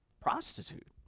prostitute